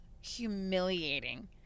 humiliating